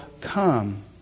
come